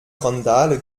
randale